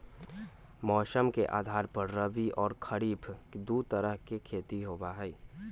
मौसम के आधार पर रबी और खरीफ दु तरह के खेती होबा हई